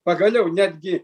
pagaliau netgi